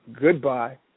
Goodbye